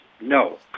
No